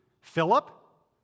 Philip